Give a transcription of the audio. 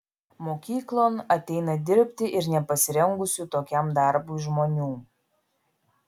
mokyklon ateina dirbti ir nepasirengusių tokiam darbui žmonių